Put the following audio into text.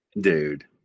dude